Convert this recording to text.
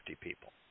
people